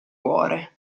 cuore